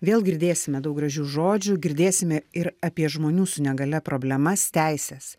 vėl girdėsime daug gražių žodžių girdėsime ir apie žmonių su negalia problemas teises